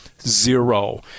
zero